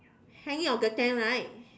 hanging on the tank right